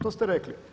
To ste rekli.